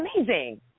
amazing